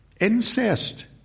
incest